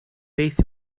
beth